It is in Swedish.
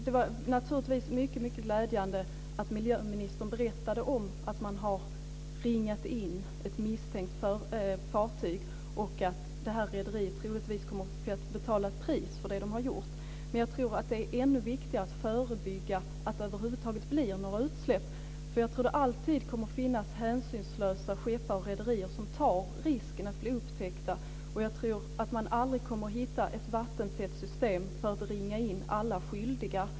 Det var naturligtvis mycket glädjande att miljöministern berättade om att man har ringat in ett misstänkt fartyg och att det här rederiet troligtvis kommer att få betala ett pris för vad de har gjort. Men jag tror att det är ännu viktigare att förebygga att det över huvud taget blir några utsläpp. Jag tror nämligen att det alltid kommer att finnas hänsynslösa skeppare och rederier som tar risken att bli upptäckta, och jag tror att man aldrig kommer att hitta ett vattentätt system för att ringa in alla skyldiga.